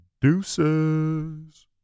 deuces